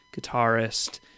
guitarist